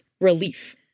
relief